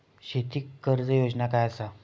शेती कर्ज योजना काय असा?